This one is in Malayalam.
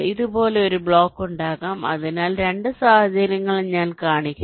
ഇതുപോലെ ഒരു ബ്ലോക്ക് ഉണ്ടാകാം അതിനാൽ 2 സാഹചര്യങ്ങൾ ഞാൻ കാണിക്കുന്നു